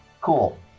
cool